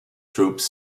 troops